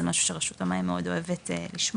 זה משהו שרשות המים מאוד אוהבת לשמוע.